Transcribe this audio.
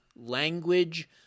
language